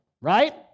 Right